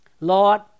Lord